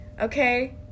Okay